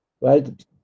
right